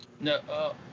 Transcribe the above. No